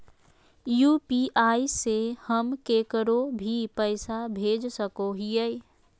UPI से हम केकरो भी पैसा भेज सको हियै?